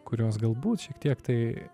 kurios galbūt šiek tiek tai